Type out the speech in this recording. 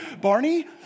Barney